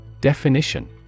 Definition